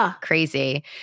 crazy